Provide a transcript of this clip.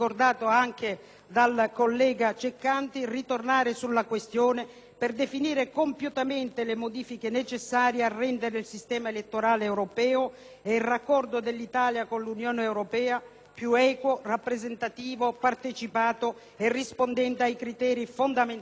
per definire compiutamente le modifiche necessarie a rendere il sistema elettorale europeo e il raccordo dell'Italia con l'Unione europea più equo, rappresentativo, partecipato e rispondente ai criteri fondamentali della democrazia in Italia e in Europa. *(Applausi